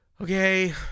okay